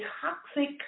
toxic